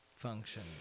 function